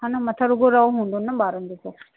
हान मथां रुॻो रओ हूंदो न ॿारनि जो त